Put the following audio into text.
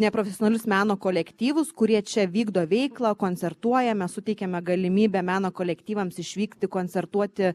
neprofesionalius meno kolektyvus kurie čia vykdo veiklą koncertuojame suteikiame galimybę meno kolektyvams išvykti koncertuoti